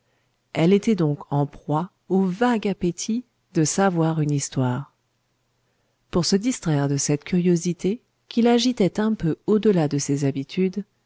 elle était donc en proie au vague appétit de savoir une histoire pour se distraire de cette curiosité qui l'agitait un peu au delà de ses habitudes